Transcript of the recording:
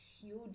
huge